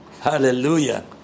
hallelujah